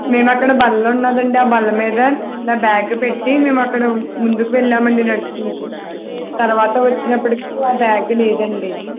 మేమక్కడ బల్ల ఉన్నాదండి ఆ బల్ల మీద నా బ్యాగ్ పెట్టి మేమక్కడ ము ముందుకి వెళ్ళమండి నడుచుకుంటూ తర్వాత వచ్చినప్పడికి ఆ బ్యాగ్ లేదండీ